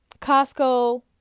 Costco